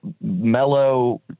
mellow